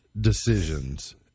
decisions